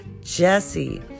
Jesse